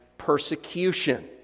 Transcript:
persecution